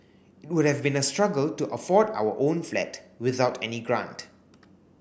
it would have been a struggle to afford our own flat without any grant